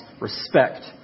respect